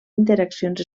interaccions